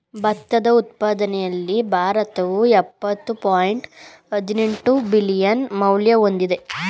ಭತ್ತದ ಉತ್ಪಾದನೆಯಲ್ಲಿ ಭಾರತವು ಯಪ್ಪತ್ತು ಪಾಯಿಂಟ್ ಹದಿನೆಂಟು ಬಿಲಿಯನ್ ಮೌಲ್ಯ ಹೊಂದಿದೆ